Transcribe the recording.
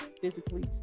physically